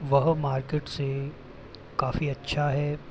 वह मार्केट से काफ़ी अच्छा है